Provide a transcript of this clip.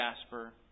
jasper